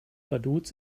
vaduz